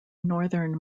northern